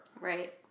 right